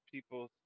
People